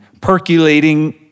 percolating